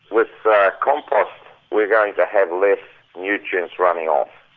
with compost we're going to have less nutrients running off,